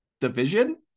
division